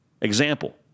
Example